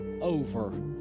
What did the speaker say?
over